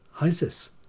Isis